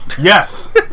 Yes